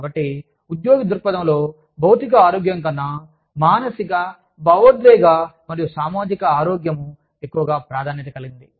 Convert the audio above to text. కాబట్టి ఉద్యోగి దృక్పథంలో భౌతిక ఆరోగ్యం కన్నా మానసిక భావోద్వేగ మరియు సామాజిక ఆరోగ్యము ఎక్కువగా ప్రాధాన్యత కలిగినది